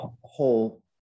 whole